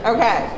Okay